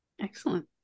Excellent